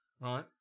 right